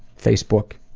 facebook,